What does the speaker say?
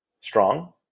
strong